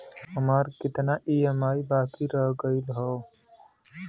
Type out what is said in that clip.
हमार कितना ई ई.एम.आई बाकी रह गइल हौ?